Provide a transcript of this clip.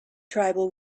tribal